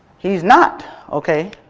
he's not! okay,